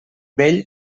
vell